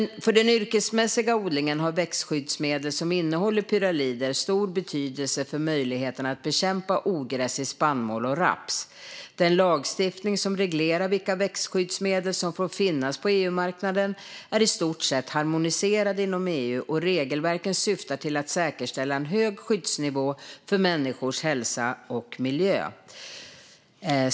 För den yrkesmässiga odlingen har växtskyddsmedel som innehåller pyralider stor betydelse för möjligheterna att bekämpa ogräs i spannmål och raps. Den lagstiftning som reglerar vilka växtskyddsmedel som får finnas på EU-marknaden är i stort sett harmoniserad inom EU, och regelverken syftar till att säkerställa en hög skyddsnivå för människors hälsa och för miljön.